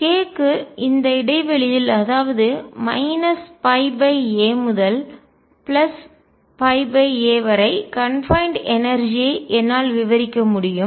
K க்கு இந்த இடைவெளியில் அதாவது π a முதல் π a வரை கன்பைன்ட் எனர்ஜி ஐ ஆற்றல் என்னால் விவரிக்க முடியும்